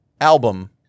album